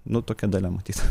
nu tokia dalia matyt